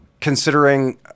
considering